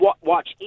watch